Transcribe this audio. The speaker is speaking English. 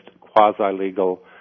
quasi-legal